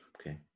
Okay